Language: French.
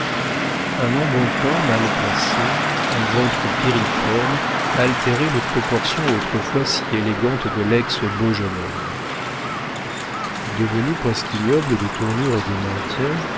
un embonpoint mal placé un ventre piriforme altéraient les proportions autrefois si élégantes de lex beau jeune homme devenu presque ignoble de tournure et de maintien